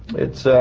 it's.